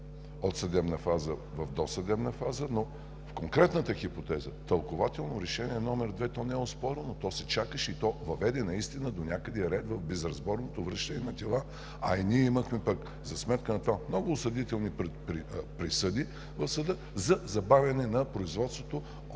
от съдебна фаза в досъдебна фаза. В конкретната хипотеза тълкувателно Решение № 2 не е оспорено, то се чакаше и то наистина въведе донякъде ред в безразборното връщане на дела. Ние имахме за сметка на това много осъдителни присъди в съда за забавяне на производството